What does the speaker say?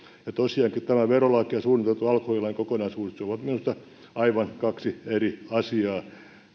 tosiaankin tämä verolaki ja suunniteltu alkoholilain kokonaisuudistus ovat minusta aivan kaksi eri asiaa ja